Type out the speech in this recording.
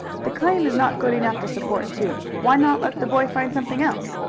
the claim is not good enough to support two. why not let the boy find something else?